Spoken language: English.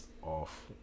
off